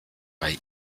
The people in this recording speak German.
bei